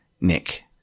Nick